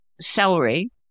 Celery